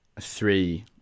three